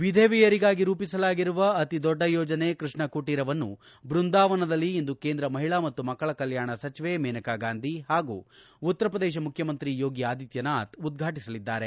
ವಿಧವೆಯರಿಗಾಗಿ ರೂಪಿಸಲಾಗಿರುವ ಅತಿ ದೊಡ್ಡ ಯೋಜನೆ ಕೃಷ್ಣ ಕುಟೀರ ವನ್ನು ಬೃಂದಾವನದಲ್ಲಿ ಇಂದು ಕೇಂದ್ರ ಮಹಿಳಾ ಮತ್ತು ಮಕ್ಕಳ ಕಲ್ಯಾಣ ಸಚಿವೆ ಮೇನಕಾಗಾಂಧಿ ಹಾಗೂ ಉತ್ತರಪ್ರದೇಶ ಮುಖ್ಯಮಂತ್ರಿ ಯೋಗಿ ಆದಿತ್ಯನಾಥ್ ಉದ್ಘಾಟಿಸಲಿದ್ದಾರೆ